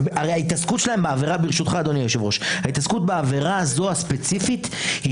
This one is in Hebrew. ההתעסקות שלהם בעבירה הזו הספציפית היא